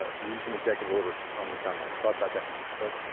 ah recent executive orders on the economy. we'll talk about that in a minute. but